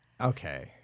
Okay